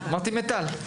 אמרתי מיטל.